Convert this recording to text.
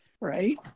Right